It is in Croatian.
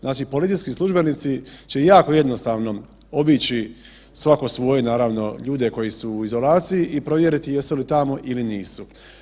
Znači, policijski službenici će jako jednostavnom obići svako svoje naravno ljude koji su u izolaciji i provjeriti jesu li tamo ili nisu.